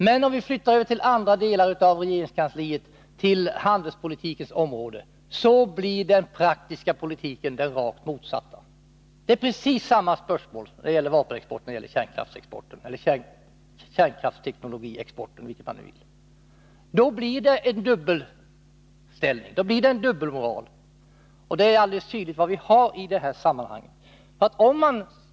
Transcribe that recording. Men går vi till en annan del av regeringskansliet, den som gäller handelspolitiken, blir den praktiska politiken den rakt motsatta. Vapenexporten och kärnkraftsexporten — eller kärnkraftteknologiexporten — gäller precis samma spörsmål. Då blir det dubbelmoral, och det är alldeles tydligt att vi har en sådan i detta fall.